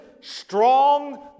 strong